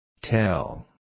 Tell